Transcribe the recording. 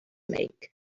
make